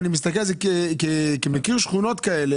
אני מכיר שכונות כאלה.